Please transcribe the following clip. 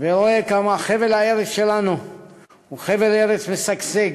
ורואה כמה חבל הארץ שלנו הוא חבל ארץ משגשג,